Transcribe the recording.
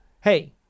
hey